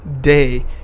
day